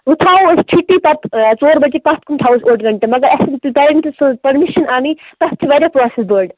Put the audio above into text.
وون تھاوو أسۍ چُھٹی پَتہٕ ژور بَجے پَتھ کُن تھاوو أسۍ اوٚڑ گَنٹہٕ مگر اَسیِ روٗد نہٕ ٹایِِم تہِ تَتھ پٔرمِشن اَنٕنۍ تَتھ چھِ واریاہ پراسٮ۪س بٔڑ